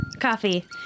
Coffee